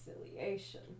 reconciliation